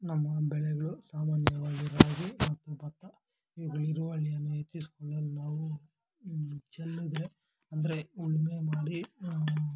ನಮ್ಮ ಬೆಳೆಗಳು ಸಾಮಾನ್ಯವಾಗಿ ರಾಗಿ ಮತ್ತು ಭತ್ತ ಇವ್ಗಳ ಇಳುವರಿಯನ್ನು ಹೆಚ್ಚಿಸಿಕೊಳ್ಳಲು ನಾವು ಚೆಲ್ಲಿದ್ರೆ ಅಂದರೆ ಉಳುಮೆ ಮಾಡಿ ನಾವು